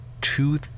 two